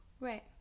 right